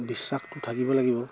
বিশ্বাসটো থাকিব লাগিব